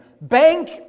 Bank